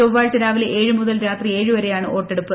ചൊവ്വാഴ്ച രാവിലെ ഏഴുമുതൽ രാത്രി ഏഴുവരെയാണ് വോട്ടെടുപ്പ്